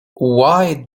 why